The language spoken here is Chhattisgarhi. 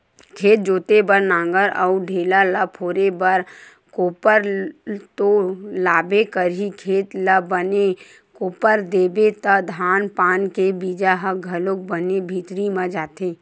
खेत जोते बर नांगर अउ ढ़ेला ल फोरे बर कोपर तो लागबे करही, खेत ल बने कोपर देबे त धान पान के बीजा ह घलोक बने भीतरी म जाथे